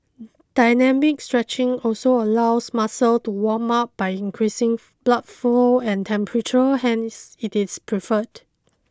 dynamic stretching also allows muscles to warm up by increasing blood flow and temperature hence it is preferred